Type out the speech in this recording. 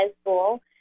School